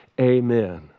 Amen